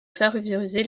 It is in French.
favoriser